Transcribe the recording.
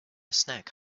snack